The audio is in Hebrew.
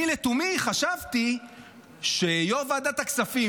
אני לתומי חשבתי שיו"ר ועדת הכספים,